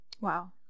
Wow